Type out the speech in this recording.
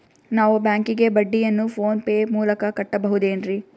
ನಾವು ಬ್ಯಾಂಕಿಗೆ ಬಡ್ಡಿಯನ್ನು ಫೋನ್ ಪೇ ಮೂಲಕ ಕಟ್ಟಬಹುದೇನ್ರಿ?